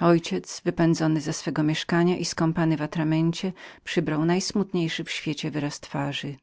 ojciec wypędzony ze swego mieszkania i skąpany w atramencie przybrał postać dziwnie nieszczęśliwą